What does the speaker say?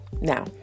Now